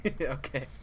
Okay